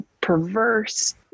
perverse